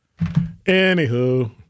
anywho